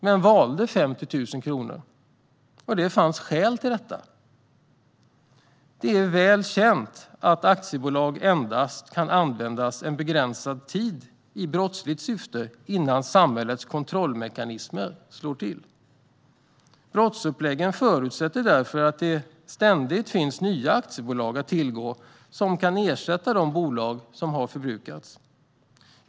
Men man valde 50 000 kronor, och det fanns skäl till det. Det är väl känt att ett aktiebolag endast kan användas en begränsad tid i brottsligt syfte innan samhällets kontrollmekanismer slår till. Brottsuppläggen förutsätter därför att det ständigt finns nya aktiebolag att tillgå som kan ersätta de bolag som har förbrukats.